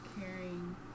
caring